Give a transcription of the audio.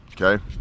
Okay